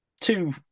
two